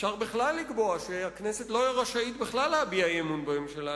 אפשר בכלל לקבוע שהכנסת לא רשאית להביע אי-אמון בממשלה,